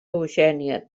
eugènia